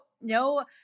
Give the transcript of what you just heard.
no